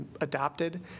adopted